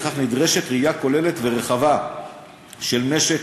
ולפיכך נדרשת ראייה כוללת ורחבה של משק